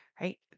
right